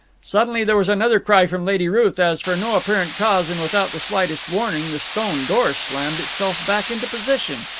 suddenly there was another cry from lady ruth as, for no apparent cause and without the slightest warning, the stone door slammed itself back into position,